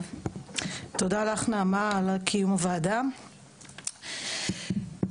זה לפסיכולוגים ברישיון.